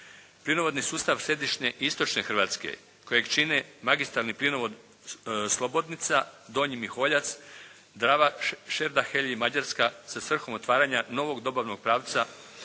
Plinovodi sustav središnje istočne Hrvatske kojeg čine magistralni plinovod Slobodnica-Donji Miholjac-Drava-Šerdahelj i Mađarska sa svrhom otvaranja novog dobavnog pravca